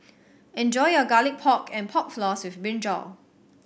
enjoy your Garlic Pork and Pork Floss with brinjal